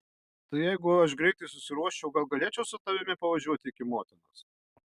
tai jeigu aš greitai susiruoščiau gal galėčiau su tavimi pavažiuoti iki motinos